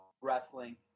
wrestling